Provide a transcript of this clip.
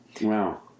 Wow